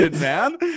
man